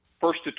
First